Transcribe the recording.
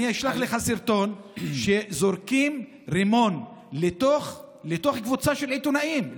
אני אשלח לך סרטון שזורקים רימון לתוך קבוצה של עיתונאים,